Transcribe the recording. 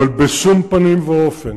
אבל בשום פנים ואופן,